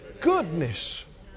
goodness